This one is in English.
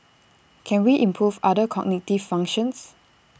can we improve other cognitive functions